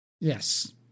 Yes